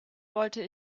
wollte